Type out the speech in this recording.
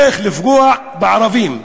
איך לפגוע בערבים,